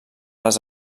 les